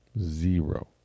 Zero